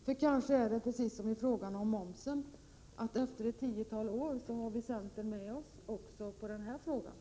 Det kanske är på samma sätt här som i fråga om momsen, dvs. att centern efter ett tiotal år följer med oss.